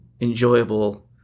enjoyable